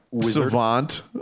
savant